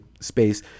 space